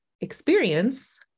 experience